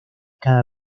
cada